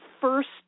first